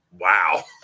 wow